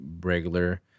regular